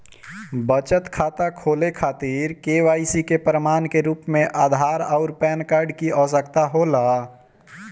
बचत खाता खोले खातिर के.वाइ.सी के प्रमाण के रूप में आधार आउर पैन कार्ड की आवश्यकता होला